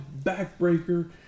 backbreaker